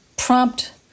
Prompt